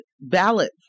ballots